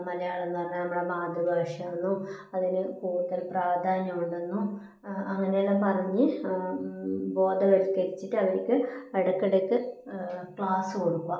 മലയാളം എന്ന് പറഞാൽ നമ്മുടെ മാതൃഭാഷയാണെന്നും അതിന് കൂടുതൽ പ്രാധാന്യം ഉണ്ടെന്നും അങ്ങനെയെല്ലാം പറഞ്ഞ് ബോധവൽക്കരിച്ചിട്ട് അവർക്ക് ഇടയ്ക്കിടയ്ക്ക് ക്ലാസ് കൊടുക്കുക